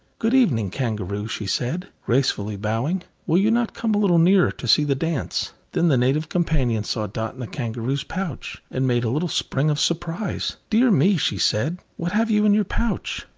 good evening, kangaroo, she said, gracefully bowing will you not come a little nearer to see the dance? then the native companion saw dot in the kangaroo's pouch, and made a little spring of surprise. dear me! she said, what have you in your pouch?